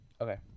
Okay